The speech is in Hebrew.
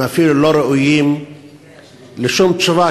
הם אפילו לא ראויים לשום תשובה,